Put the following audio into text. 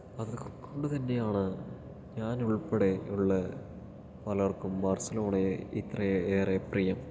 അതുകൊണ്ടുതന്നെയാണ് ഞാനുൾപ്പെടെയുള്ള പലർക്കും ബാർസലോണയെ ഇത്രയേറെ പ്രിയം